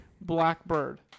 Blackbird